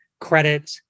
credit